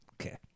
Okay